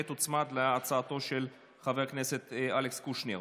ותוצמד להצעתו של חבר הכנסת אלכס קושניר.